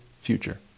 future